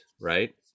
right